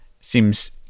seems